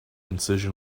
incision